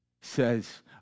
says